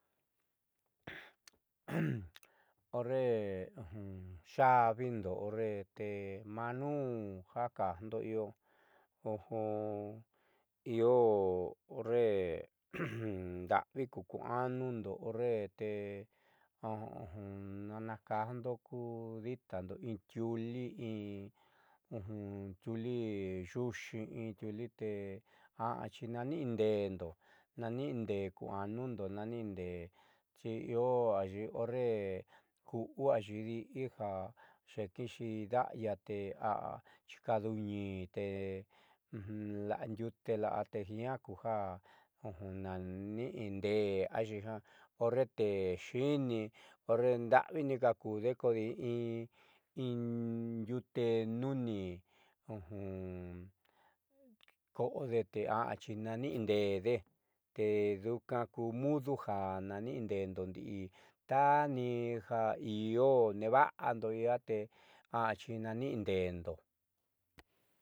Horre ya'avindo horre te maanuunja kajndo io io horre nda'avi kukuanundo horrete nanakajndo kuditando in tiuli intiuli vuuxii in tiuli te aaa xi naani'indeéndo indeé ku'u ayii di'i jaxeekiixi da'aya te aaa chicadu ñii te la'andiute la'a te jiaate naaniindeé nika kude kodi inndiute nuni koode te aaa xinaani'inde'endo ndii toni jo io neeva'ando iia te axi naaniinde'endo.